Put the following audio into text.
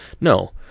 No